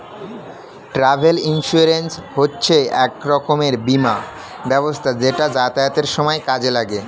travel insurance হচ্ছে এক রকমের বীমা ব্যবস্থা যেটা যাতায়াতের সময় কাজে লাগে